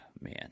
man